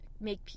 make